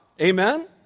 amen